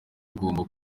bagomba